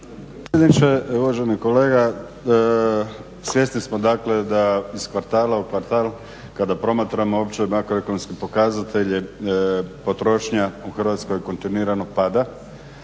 predsjedniče. Uvaženi kolega, svjesni smo dakle da iz kvartala u kvartal kada promatramo uopće … ekonomske pokazatelje, potrošnja u Hrvatskoj kontinuirano pada